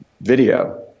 video